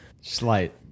Slight